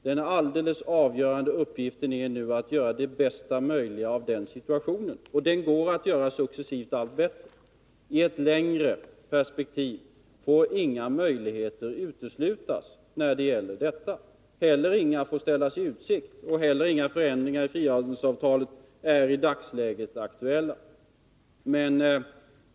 Den alldeles avgörande uppgiften är nu att göra det bästa möjliga av den situationen, och det går att successivt göra den allt bättre. I ett längre perspektiv får inga möjligheter uteslutas när det gäller detta, och inga får ställas i utsikt. Några förändringar i frihandelsavtalet är i dagsläget inte heller aktuella.